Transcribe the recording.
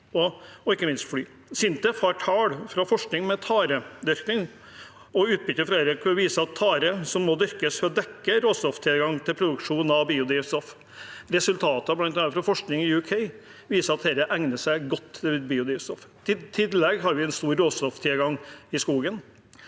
SINTEF har tall fra forskning med taredyrkning og utbyttet fra dette, som viser at tare må dyrkes for å dekke råstofftilgangen til produksjon av biodrivstoff. Resultater bl.a. fra forskning i UK viser at dette egner seg godt til biodrivstoff. I tillegg har vi stor råstofftilgang i skogen.